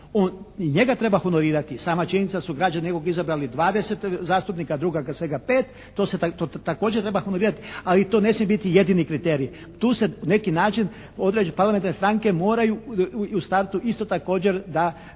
njega treba honorirati. Sama činjenice su građani nekog izabrani 20 zastupnika, a druga svega 5. To se također treba honorirati. Ali i to ne smije biti jedini kriterij. Tu se na neki način, parlamentarne stranke moraju u startu isto također da